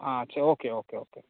আচ্ছা okay okay ওকে